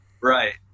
Right